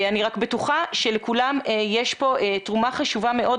אני רק בטוחה שלכולם יש פה תרומה חשובה מאוד,